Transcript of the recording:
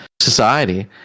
society